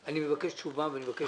אני מבקש תשובה ואני מבקש תשובה חיובית.